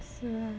是啊